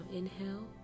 inhale